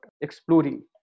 exploring